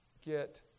get